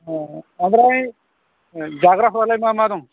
ओमफ्राय जाग्राफ्रालाय मा मा दं